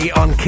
on